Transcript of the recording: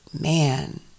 man